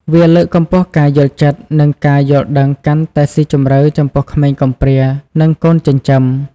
វាលើកកម្ពស់ការយល់ចិត្ត និងការយល់ដឹងកាន់តែស៊ីជម្រៅចំពោះក្មេងកំព្រា និងកូនចិញ្ចឹម។